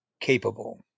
Capable